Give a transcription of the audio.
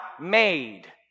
made